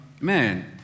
Man